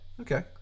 Okay